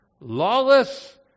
lawless